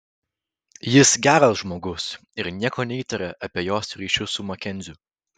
jis geras žmogus ir nieko neįtaria apie jos ryšius su makenziu